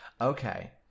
Okay